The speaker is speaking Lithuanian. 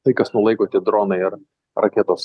laikas nuo laiko tie dronai ar raketos